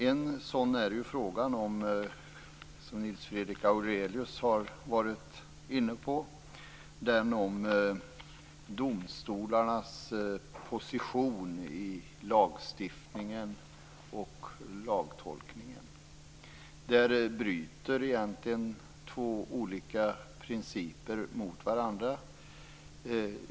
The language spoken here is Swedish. En sådan är den fråga som Nils Fredrik Aurelius har varit inne på, nämligen den om domstolarnas position i lagstiftningen och lagtolkningen. Där bryter egentligen två olika principer mot varandra.